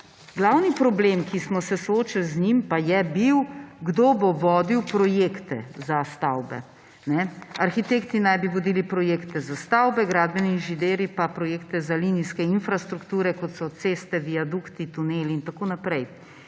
Glavni problem, s katerim smo se soočili, pa je bil, kdo bo vodil projekte za stavbe. Arhitekti naj bi vodili projekte za stavbe, gradbeni inženirji pa projekte za linijske infrastrukture, kot so ceste, viadukti, tuneli in tako naprej.